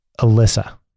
Alyssa